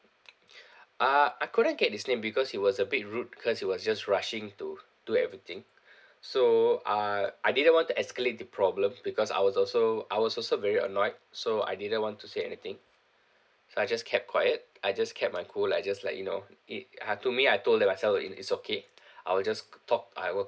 uh I couldn't get his name because he was a bit rude because he was just rushing to do everything so uh I didn't want to escalate the problems because I was also I was also very annoyed so I didn't want to say anything I just kept quiet I just kept my cool I just like you know it uh to me I told myself it it's okay I will just talk I will